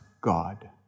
God